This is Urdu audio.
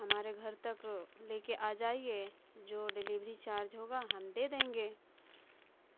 ہمارے گھر تک لے کے آ جائیے جو ڈلیوری چارج ہوگا ہم دے دیں گے